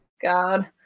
God